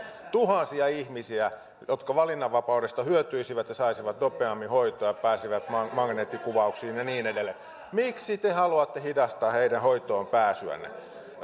tuhansia ihmisiä jotka valinnanvapaudesta hyötyisivät ja saisivat nopeammin hoitoa ja pääsisivät magneettikuvauksiin ja niin edelleen miksi te haluatte hidastaa heidän hoitoonpääsyään